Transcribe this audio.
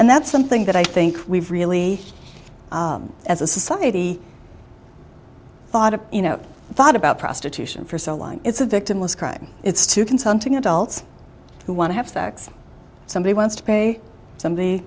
and that's something that i think we've really as a society thought of you know thought about prostitution for so long it's a victimless crime it's two consenting adults who want to have sex somebody wants to pay some